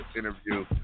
Interview